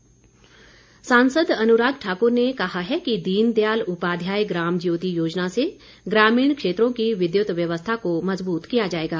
अनुराग सांसद अनुराग ठाकुर ने कहा है कि दीन दयाल उपाध्याय ग्राम ज्योति योजना से ग्रामीण क्षेत्रों की विद्युत व्यवस्था को मज़बूत किया जाएगा